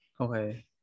Okay